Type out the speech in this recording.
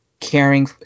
caring